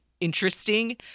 interesting